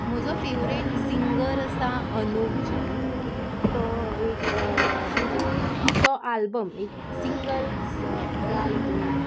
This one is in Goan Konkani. म्हजो फेवरेट सिंगर आसा अनुव जैन तो एक म्हणजे तो आल्बम एक सिंगल्स ह्या हितून